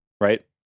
right